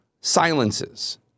silences